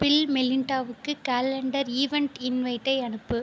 bill மெலிண்டாவுக்கு calendar event இன்வைட்டை அனுப்பு